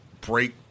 break